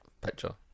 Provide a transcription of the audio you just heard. picture